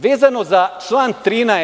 Vezano za član 13.